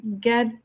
get